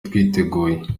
twiteguye